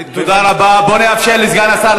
אדוני סגן השר,